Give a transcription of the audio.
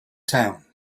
towns